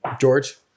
George